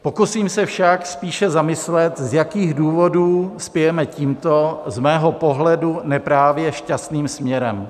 Pokusím se však spíše zamyslet, z jakých důvodů spějeme tímto z mého pohledu ne právě šťastným směrem.